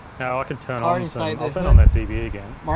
now, i can turn on some, i'll turn on that dve yeah again,